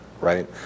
right